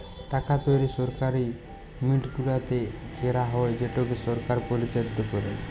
টাকা তৈরি সরকারি মিল্ট গুলাতে ক্যারা হ্যয় যেটকে সরকার পরিচালিত ক্যরে